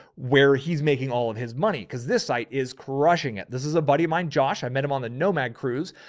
where he's making all of his money. cause this site is crushing it. this is a buddy of mine, josh. i met him on the nomad cruise.